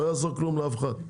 לא יעזור כלום לאף אחד.